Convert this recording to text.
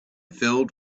filled